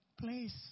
place